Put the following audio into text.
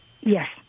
Yes